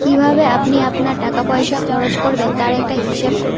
কীভাবে আপনি আপনার টাকাপয়সা খরচ করবেন তার একটা হিসেব করুন